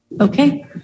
okay